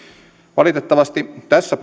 valitettavasti tässä